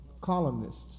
columnists